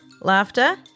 laughter